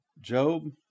Job